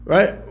Right